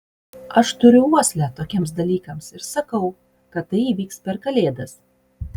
aš turiu uoslę tokiems dalykams ir sakau kad tai įvyks per kalėdas